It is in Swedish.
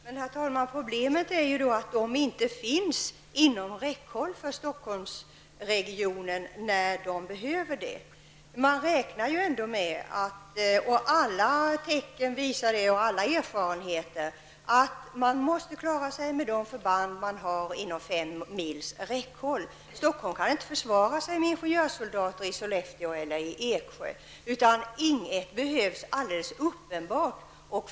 Herr talman! Problemet är ju att dessa förband inte finns inom Stockholms regionen när vi behöver dem. Alla tecken och erfarenheter visar att man måste klara sig med de förband som finns inom fem mils radie. Stockholm kan inte försvara sig med ingenjörssoldater som befinner sig i Sollefteå eller Eksjö. Ing 1 behövs uppenbarligen.